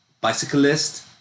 bicyclist